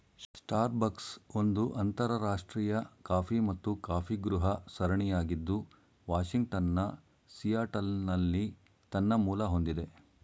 Starbucks ಒಂದು ಅಂತರರಾಷ್ಟ್ರೀಯ coffee ಮತ್ತು ಕಾಫಿಗೃಹ ಸರಣಿಯಾಗಿದ್ದು ವಾಷಿಂಗ್ಟನ್ನ ಸಿಯಾಟಲ್ನಲ್ಲಿ ತನ್ನ ಮೂಲ ಹೊಂದಿದೆ